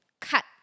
cut